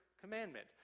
commandment